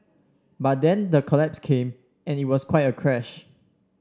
but then the collapse came and it was quite a crash